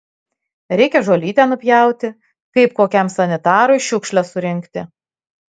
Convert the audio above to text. reikia žolytę nupjauti kaip kokiam sanitarui šiukšles surinkti